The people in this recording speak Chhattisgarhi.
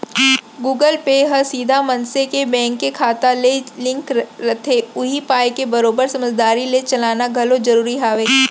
गुगल पे ह सीधा मनसे के बेंक के खाता ले लिंक रथे उही पाय के बरोबर समझदारी ले चलाना घलौ जरूरी हावय